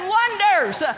wonders